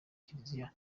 kiliziya